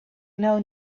know